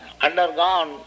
undergone